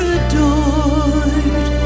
adored